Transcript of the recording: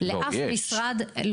לאף משרד.